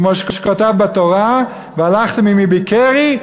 כמו שכתב בתורה: והלכתם עמי בקרי,